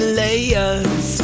layers